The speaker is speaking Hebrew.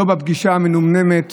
לא על הפגישה המנומנמת